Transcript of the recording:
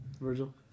Virgil